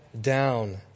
down